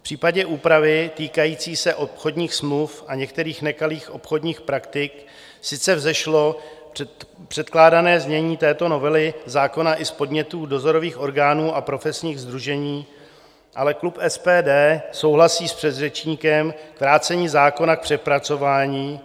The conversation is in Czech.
V případě úpravy týkající se obchodních smluv a některých nekalých obchodních praktik sice vzešlo předkládané znění této novely zákona, i z podnětů dozorových orgánů a profesních sdružení, ale klub SPD souhlasí s předřečníkem s vrácením zákona k přepracování.